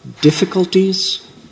Difficulties